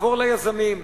נעבור ליזמים,